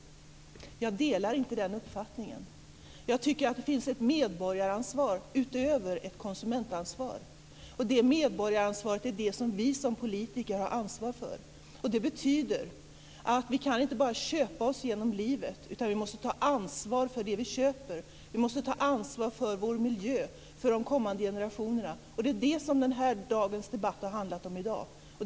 Jag delar inte den uppfattningen. Jag tycker att det finns ett medborgaransvar utöver ett konsumentansvar. Det medborgaransvaret är det vi som politiker som har ansvar för. Det betyder att vi inte bara kan köpa oss genom livet, utan vi måste ta ansvar för det vi köper. Vi måste ta ansvar för vår miljö, för de kommande generationerna. Det är detta som dagens debatt har handlat om.